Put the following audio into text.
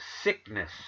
sickness